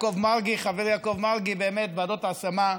חברי יעקב מרגי, ועדות ההשמה,